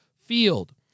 Field